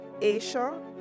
Asia